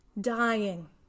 dying